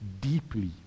Deeply